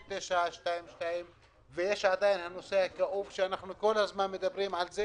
922. ויש עדיין את הנושא הכאוב שאנחנו כל הזמן מדברים עליו,